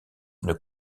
une